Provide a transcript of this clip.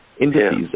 Indices